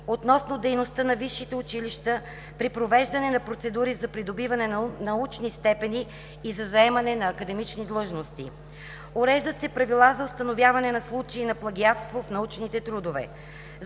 относно дейността на висшите училища при провеждане на процедури за придобиване на научни степени и за заемане на академични длъжности. Уреждат се правила за установяване на случаи на плагиатство в научните трудове.